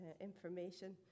information